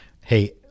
Hey